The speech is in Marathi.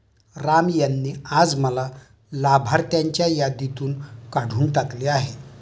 राम यांनी आज मला लाभार्थ्यांच्या यादीतून काढून टाकले आहे